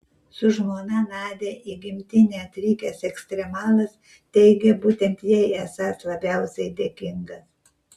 su žmona nadia į gimtinę atvykęs ekstremalas teigė būtent jai esąs labiausiai dėkingas